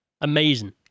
Amazing